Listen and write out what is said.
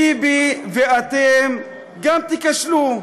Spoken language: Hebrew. ביבי וגם אתם תיכשלו.